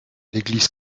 l’église